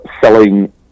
selling